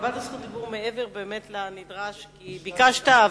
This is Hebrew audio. קיבלת זכות דיבור באמת מעבר לנדרש, כי ביקשת.